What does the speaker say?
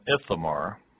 Ithamar